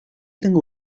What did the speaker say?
tengo